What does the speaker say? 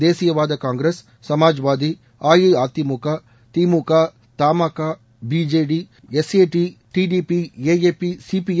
தேசிய வாத காங்கிரஸ் சமாஜ்வாதி அஇஅதிமுக திமுக தமாகா பிஜேடி எஸ்ஏடி ட்டிடிபி ஏஏபி சிபிஐ